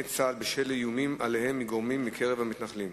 צה"ל בשל איומים עליהם מגורמים מקרב המתנחלים.